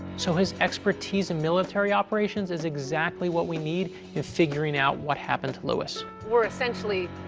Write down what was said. so his expertise in military operations is exactly what we need in figuring out what happened to lewis. we're essentially,